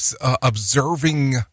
observing